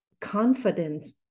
confidence